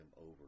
over